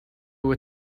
were